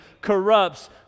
corrupts